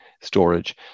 storage